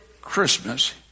Christmas